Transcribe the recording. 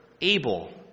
abel